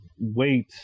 wait